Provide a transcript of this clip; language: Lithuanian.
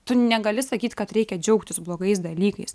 tu negali sakyt kad reikia džiaugtis blogais dalykais